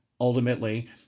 ultimately